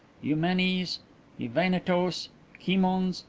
eumenes evainetos kimons.